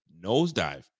nosedive